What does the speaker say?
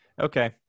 okay